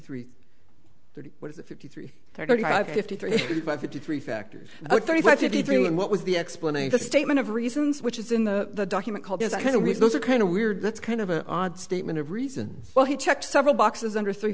three what is it fifty three thirty five fifty three eighty five fifty three factors thirty five fifty three when what was the explanation that statement of reasons which is in the document called as i can read those are kind of weird that's kind of an odd statement of reason well he checked several boxes under three